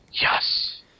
Yes